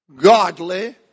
godly